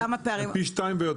הם פי 2 ויותר.